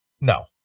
No